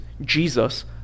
Jesus